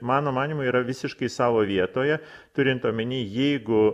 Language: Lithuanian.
mano manymu yra visiškai savo vietoje turint omeny jeigu